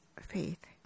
faith